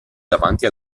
davanti